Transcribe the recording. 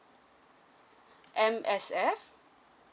M_S_F